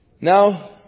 Now